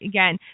Again